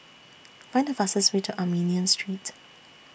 Find The fastest Way to Armenian Street